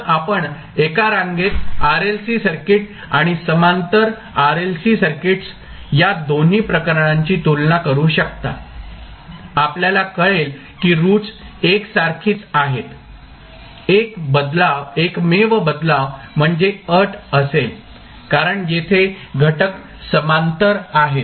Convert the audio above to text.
म्हणून आपण एका रांगेत RLC आणि समांतर RLC सर्किट्स या दोन्ही प्रकरणांची तुलना करू शकता आपल्याला कळेल की रूट्स एकसारखीच आहेत एकमेव बदल म्हणजे अट असेल कारण येथे घटक समांतर आहेत